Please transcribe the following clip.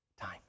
time